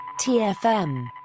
TFM